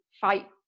fight